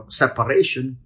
separation